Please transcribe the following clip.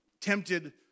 tempted